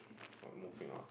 moving on